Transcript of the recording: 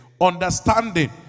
Understanding